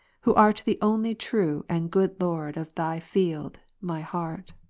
who art the only true and good lord of thy field, my heart.